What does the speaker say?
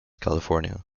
california